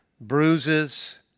bruises